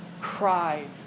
cry